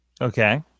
Okay